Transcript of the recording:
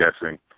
guessing